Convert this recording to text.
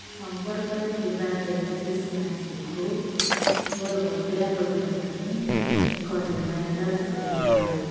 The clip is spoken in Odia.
ସମ୍ପର୍କରେ ଥିବା ଦେବାଶିଷ ମାଝୀକୁ ମୋର ବକେୟା ପଇଠ ପାଇଁ ଏକ ରିମାଇଣ୍ଡର୍ ସେଟ୍ କର